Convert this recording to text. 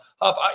Huff